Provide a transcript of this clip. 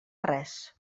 res